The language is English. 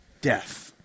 death